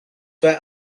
were